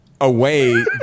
away